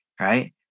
right